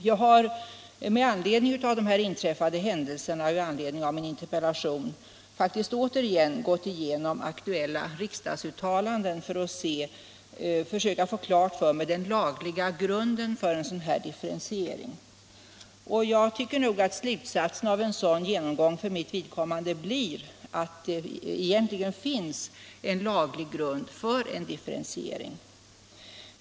Jag har med anledning av de inträffade händelserna och i anledning av min interpellation gått igenom aktuella riksdagsuttalanden för att försöka få klart för mig den lagliga grunden för den här differentieringen. Jag tycker att slutsatsen av en sådan genomgång för mitt vidkommande blir att det finns en laglig grund för en differentiering.